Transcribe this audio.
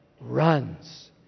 runs